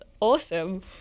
awesome